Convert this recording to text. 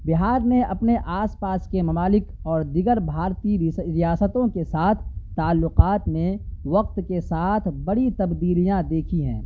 بہار نے اپنے آس پاس کے ممالک اور دیگر بھارتی ریاستوں کے ساتھ تعلقات میں وقت کے ساتھ بڑی تبدیلیاں دیکھی ہیں